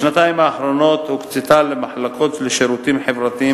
בשנתיים האחרונות הוקצתה למחלקות לשירותים חברתיים